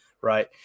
right